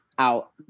Out